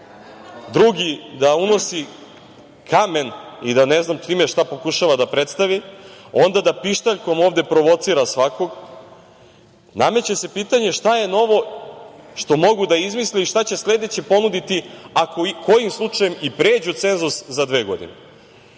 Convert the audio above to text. drugi da unosi kamen i da ne znam time šta pokušava da predstavi, onda da pištaljkom ovde provocira svakog. Nameće se pitanje šta je novo što mogu da izmisle i šta će sledeće ponuditi ako i kojim slučajem i pređu cenzus za dve godine. Mislim